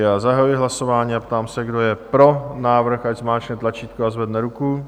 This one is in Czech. Já zahajuji hlasování a ptám se, kdo je pro návrh, ať zmáčkne tlačítko a zvedne ruku.